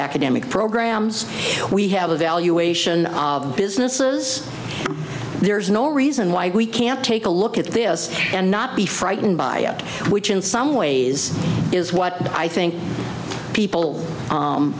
academic programs we have a valuation of businesses there's no reason why we can't take a look at this and not be frightened by it which in some ways is what i think people